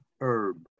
herb